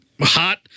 hot